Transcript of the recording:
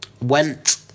Went